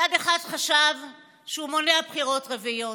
צד אחד חשב שהוא מונע בחירות רביעיות,